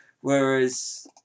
Whereas